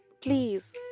Please